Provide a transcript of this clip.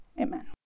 Amen